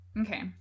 Okay